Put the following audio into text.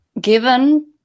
given